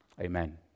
Amen